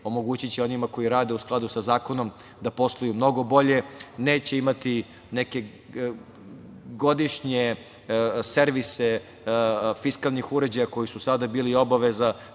omogući će onima koji rade u skladu sa zakonom da posluju mnogo bolje, neće imate neke godišnje servise fiskalnih uređaja koji su sada bili obaveza.